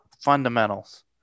fundamentals